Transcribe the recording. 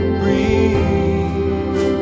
breathe